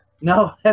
No